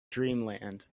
dreamland